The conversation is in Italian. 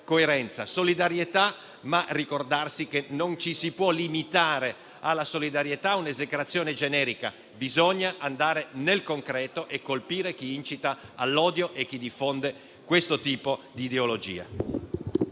solidarietà, ricordandosi però che non ci si può limitare ad essa e a un'esecrazione generica. Bisogna andare nel concreto e colpire chi incita all'odio e diffonde questo tipo di ideologia.